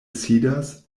sidas